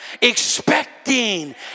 expecting